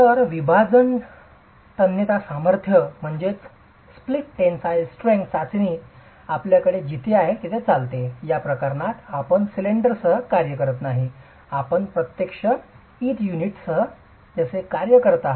तर विभाजन तन्यता सामर्थ्य चाचणी आपल्याकडे जिथे आहे तेथे चालते या प्रकरणात आपण सिलिंडरसह कार्य करत नाही आपण प्रत्यक्षात वीट युनिटसह जसे कार्य करत आहात